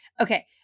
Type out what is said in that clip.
Okay